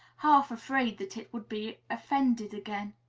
half afraid that it would be offended again.